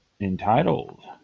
entitled